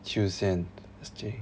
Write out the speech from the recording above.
tuesday and thursday